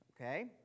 Okay